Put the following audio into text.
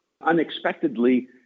unexpectedly